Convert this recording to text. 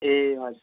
ए हजुर